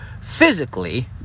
physically